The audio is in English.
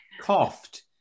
coughed